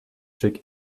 check